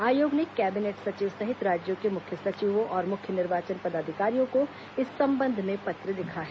आयोग ने कैबिनेट सचिव सहित राज्यों के मुख्य सचिवों और मुख्य निर्वाचन पदाधिकारियों को इस संबंध में पत्र लिखा है